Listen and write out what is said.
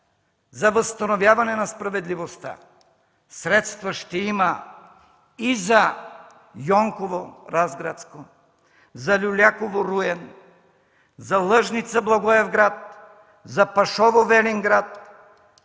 за възстановяване на справедливостта, средства ще има и за Йонково – Разградско, за Люляково – Руен, за Лъжница – Благоевград, за Пашово – Велинград